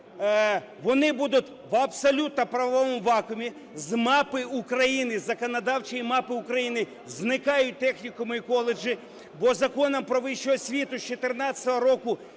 вони будуть в абсолютно правовому вакуумі. З мапи України, законодавчої мапи України, зникають технікуми і коледжі, бо Законом "Про вищу освіту" з 14-го року